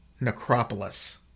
Necropolis